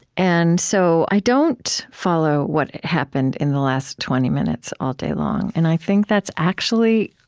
and so i don't follow what happened in the last twenty minutes, all day long, and i think that's actually,